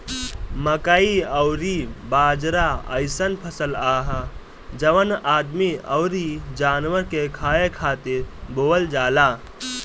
मकई अउरी बाजरा अइसन फसल हअ जवन आदमी अउरी जानवर के खाए खातिर बोअल जाला